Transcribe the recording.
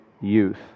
youth